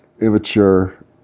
immature